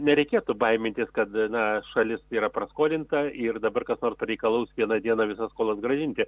nereikėtų baimintis kad na šalis yra praskolinta ir dabar kas nors pareikalaus vieną dieną visą skolas grąžinti